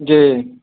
जी